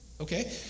Okay